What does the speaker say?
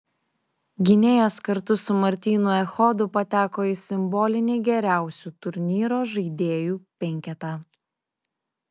gynėjas kartu su martynu echodu pateko į simbolinį geriausių turnyro žaidėjų penketą